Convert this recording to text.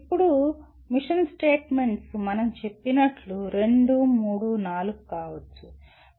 ఇప్పుడు mission statements మనం చెప్పినట్లు రెండు మూడు నాలుగు కావచ్చు